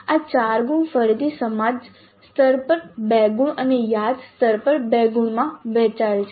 આ 4 ગુણ ફરીથી સમજ સ્તર પર 2 ગુણ અને યાદ સ્તર પર 2 ગુણમાં વહેંચાયેલા છે